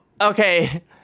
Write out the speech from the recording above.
okay